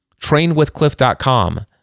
trainwithcliff.com